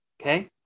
okay